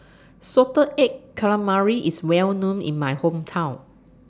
Salted Egg Calamari IS Well known in My Hometown